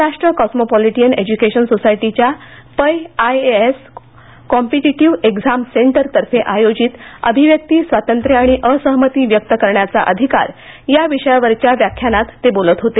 Maharashtra cosmopolitan education सोसायटीच्या Pai IAS competitive exam center तर्फे आयोजित अभिव्यक्ती स्वातंत्र्य आणि असहमती व्यक्त करण्याचा अधिकार या विषयावरच्या व्याख्यानात ते बोलत होते